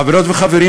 חברות וחברים,